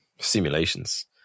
simulations